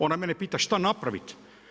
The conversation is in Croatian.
Ona mene pita šta napraviti.